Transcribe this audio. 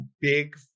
big